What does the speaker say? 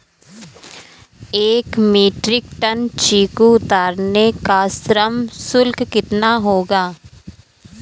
एक metric ton चीकू उतारने का श्रम शुल्क कितना होगा?